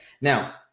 Now